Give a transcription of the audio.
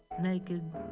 naked